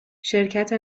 شرکت